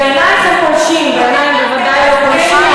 בעינייך הם פולשים, בעיני הם בוודאי לא פולשים.